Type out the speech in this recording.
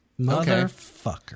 Motherfucker